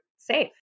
safe